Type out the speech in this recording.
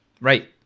right